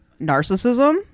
narcissism